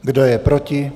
Kdo je proti?